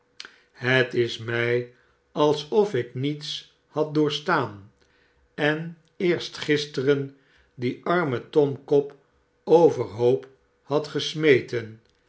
het is mij alsof ik niets had doorgestaan en eerst gisteren dien armen tom gobb overhoop had gesmeten